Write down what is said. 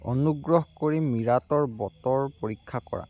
অনুগ্ৰহ কৰি মীৰাটৰ বতৰ পৰীক্ষা কৰা